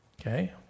Okay